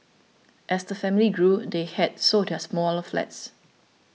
as the family grew they had sold their smaller flats